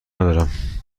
ندارم